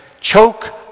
choke